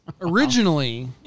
Originally